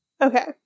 Okay